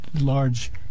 large